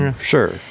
Sure